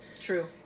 True